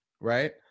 right